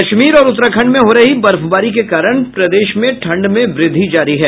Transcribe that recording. कश्मीर और उत्तरखंड में हो रही बर्फबारी के कारण प्रदेश में ठंड में वृद्धि जारी है